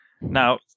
now